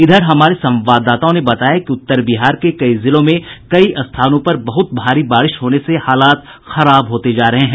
इधर हमारे संवाददाताओं ने बताया है कि उत्तर बिहार के कई जिलों में कई स्थानों पर बहुत भारी बारिश होने से हालात खराब होते जा रहे हैं